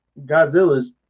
Godzilla's